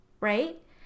Right